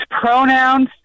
pronouns